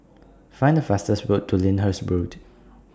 Find The fastest word to Lyndhurst Road